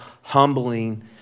humbling